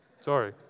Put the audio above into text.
Sorry